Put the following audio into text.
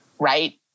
right